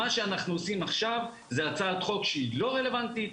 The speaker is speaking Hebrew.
מה שאנחנו עושים עכשיו זה הצעת חוק שהיא לא רלוונטית.